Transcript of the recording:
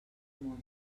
món